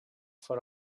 for